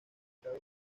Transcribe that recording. cabeza